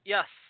Yes